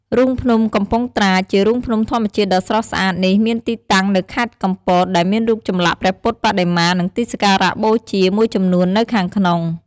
រូងភ្នំកំពង់ត្រាច ជារូងភ្នំធម្មជាតិដ៏ស្រស់ស្អាតនេះមានទីតាំងនៅខេត្តកំពត ដែលមានរូបចម្លាក់ព្រះពុទ្ធបដិមា និងទីសក្ការបូជាមួយចំនួននៅខាងក្នុង។